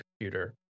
computer